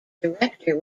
director